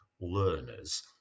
learners